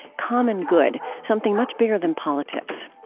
common good something much bigger than politics.